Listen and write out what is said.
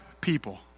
people